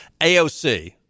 AOC